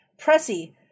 Pressy